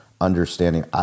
understanding